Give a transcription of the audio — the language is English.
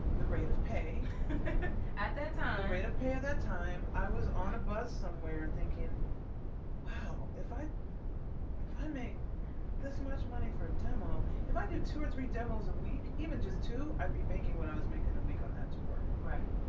the rate of pay at that time rate of pay at that time i was on a bus somewhere thinking wow if i if i made this much money for a demo if i did two or three demos a week even just to i'd be making when i was making a week on that tour. right.